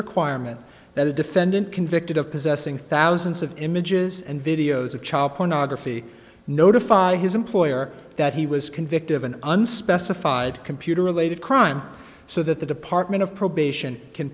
requirement that a defendant convicted of possessing thousands of images and videos of child pornography notify his employer that he was convicted of an unspecified computer related crime so that the department of probation can